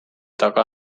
taga